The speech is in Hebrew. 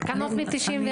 התקנות מ-1994.